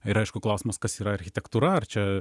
ir aišku klausimas kas yra architektūra ar čia